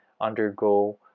undergo